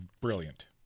brilliant